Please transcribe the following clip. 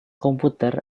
komputer